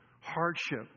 Hardship